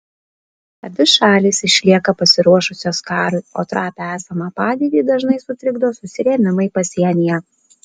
abi šalys išlieka pasiruošusios karui o trapią esamą padėtį dažnai sutrikdo susirėmimai pasienyje